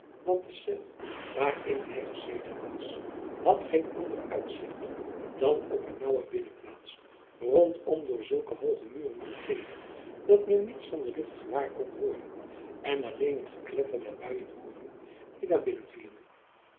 want de cel waarin hij gezeten was had geen ander uitzicht dan op een nauwe binnenplaats rondom door zulke hooge muren omgeven dat men niets van de lucht gewaar kon worden en alleen het gekletter der buien hooren die daar binnenvielen